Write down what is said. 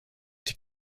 die